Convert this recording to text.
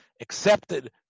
accepted